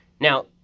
Now